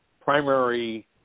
primary